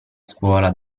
scuola